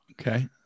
Okay